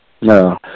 No